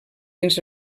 dins